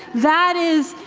that is,